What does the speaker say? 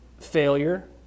failure